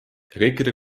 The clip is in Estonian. kõikide